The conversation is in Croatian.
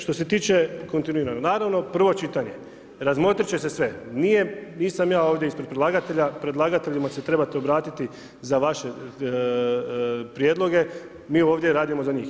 Što se tiče kontinuirano, naravno prvo čitanje, razmotrit će se sve, nisam ja ovdje ispred predlagatelja, predlagateljima se trebate obratiti za vaše prijedloge, mi ovdje radimo za njih.